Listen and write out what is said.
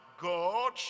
god